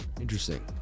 Interesting